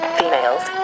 females